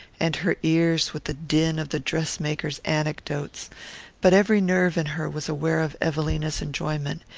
and her ears with the din of the dress-maker's anecdotes but every nerve in her was aware of evelina's enjoyment,